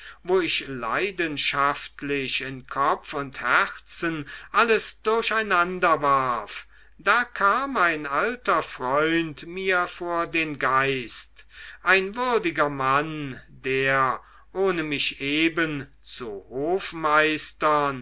wo ich leidenschaftlich in kopf und herzen alles durcheinanderwarf da kam ein alter freund mir vor den geist ein würdiger mann der ohne mich eben zu